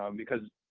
um because,